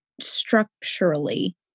structurally